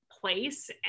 place